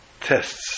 tests